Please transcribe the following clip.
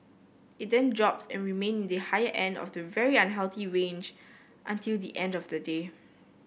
it then dropped and remained in the higher end of the very unhealthy range until the end of the day